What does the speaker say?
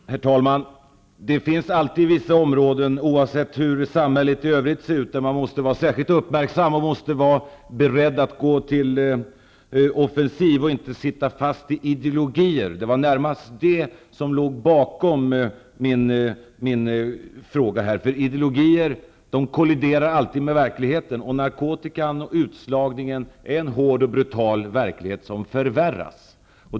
Herr talman! Det finns alltid vissa områden -- oavsett hur samhället i övrigt ser ut -- där man måste vara särskilt uppmärksam och vara beredd att gå till offensiv och inte sitta fast i ideologier. Det var närmast det som låg bakom min fråga. Ideologier kolliderar alltid med verkligheten. Narkotikan och utslagningen är en hård och brutal verklighet som förvärras.